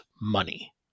money